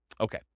Okay